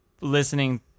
listening